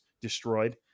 destroyed